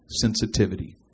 Sensitivity